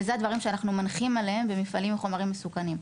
וזה הדברים שאנחנו מנחים עליהם במפעלים לחומרים מסוכנים.